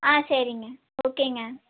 ஆ சரிங்க ஓகேங்க